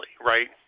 right